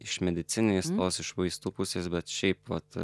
iš medicininės tos iš vaistų pusės bet šiaip vat